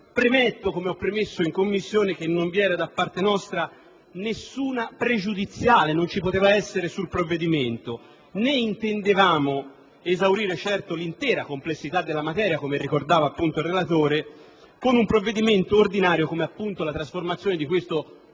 Come ho premesso in Commissione, non vi era da parte nostra nessuna pregiudiziale (non ci poteva essere) sul provvedimento, né intendevamo esaurire l'intera complessità della materia, come ricordava appunto il relatore, con un provvedimento ordinario come il disegno di legge di